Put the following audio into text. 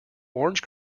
orange